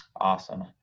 awesome